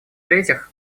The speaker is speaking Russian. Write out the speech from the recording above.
третьих